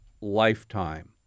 lifetime